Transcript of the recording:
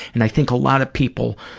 and i think a lot of people